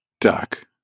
Duck